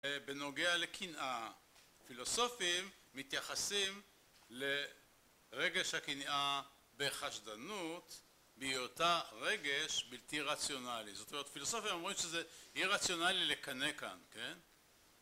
בנוגע לקנאה, פילוסופים מתייחסים לרגש הקנאה בחשדנות בהיותה רגש בלתי רציונלי, זאת אומרת פילוסופים אומרים שזה אי-רציונלי לקנא כאן